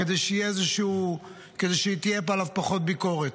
כדי שתהיה עליו פחות ביקורת.